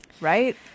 right